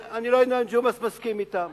ג'ומס מסכים אתם